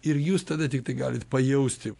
ir jūs tada tiktai galit pajausti